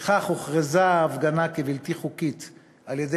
לפיכך הוכרזה ההפגנה כבלתי חוקית על-ידי